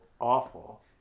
awful